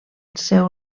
seu